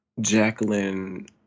Jacqueline